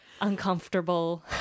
uncomfortable